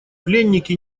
пленники